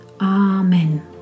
Amen